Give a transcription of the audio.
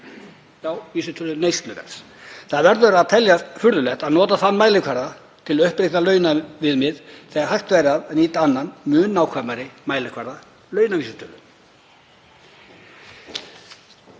já, vísitölu neysluverðs. Það verður að teljast furðulegt að nota þann mælikvarða til að uppreikna launaviðmið þegar hægt væri að nýta annan mun nákvæmari mælikvarða, launavísitölu.